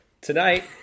Tonight